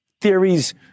theories